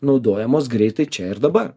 naudojamos greitai čia ir dabar